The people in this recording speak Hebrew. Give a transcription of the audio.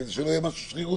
כדי שלא יהיה משהו שרירותי.